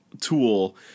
tool